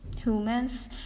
Humans